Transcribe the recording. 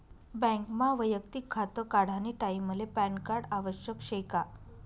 बँकमा वैयक्तिक खातं काढानी टाईमले पॅनकार्ड आवश्यक शे का?